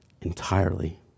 entirely